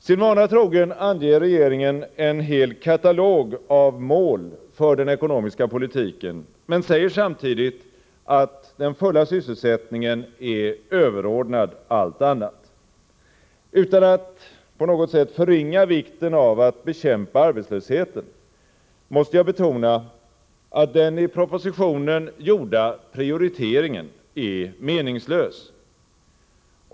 Sin vana trogen anger regeringen en hel katalog av mål för den ekonomiska politiken men säger samtidigt att den fulla sysselsättningen är överordnad allt annat. Utan att på något sätt förringa vikten av att bekämpa arbetslösheten måste jag betona att den i propositionen gjorda prioriteringen är meningslös.